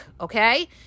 Okay